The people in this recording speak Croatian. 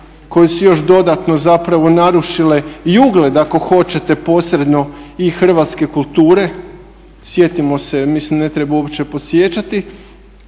koje su još dodatno zapravo narušile i ugled ako hoćete posredno i hrvatske kulture. Sjetimo se, mislim ne treba uopće podsjećati.